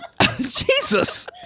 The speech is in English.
Jesus